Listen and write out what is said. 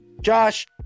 josh